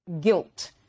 guilt